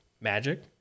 Magic